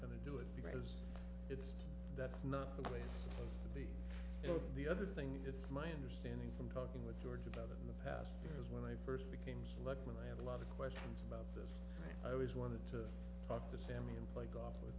going to do it because that's not the way or the other thing it's my understanding from talking with george about it in the past because when i first became select when i had a lot of questions about i always wanted to talk to sammy and play golf with